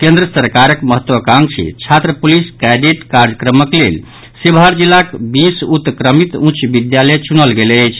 केंद्र सरकारक महात्वाकांक्षी छात्र पुलिस कैडेट कार्यक्रमक लेल शिवहर जिलाक बीस उत्क्रमित उच्च विद्यालय चुनल गेल अछि